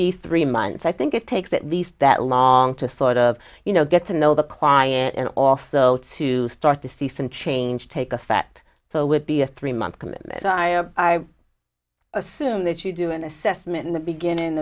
be three months i think it takes at least that long to sort of you know get to know the client and also to start to see some change take effect so would be a three month commitment i assume that you do an assessment in the beginning